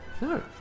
No